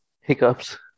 Hiccups